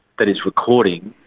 that is recording,